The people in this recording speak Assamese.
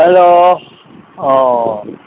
হেল্ল' অঁ